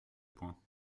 point